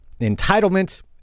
entitlement